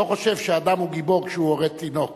לא חושב שאדם הוא גיבור כשהוא הורג תינוק.